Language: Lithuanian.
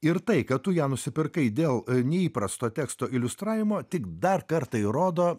ir tai kad tu ją nusipirkai dėl neįprasto teksto iliustravimo tik dar kartą įrodo